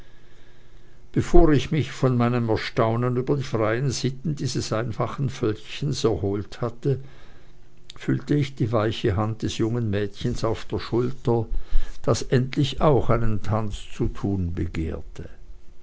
bevor ich mich von meinem erstaunen über die freien sitten dieses einfachen völkchens erholt hatte fühlte ich die weiche hand des jungen mädchens auf der schulter das endlich auch einen tanz zu tun begehrte